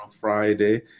Friday